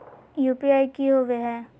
UPI की होवे है?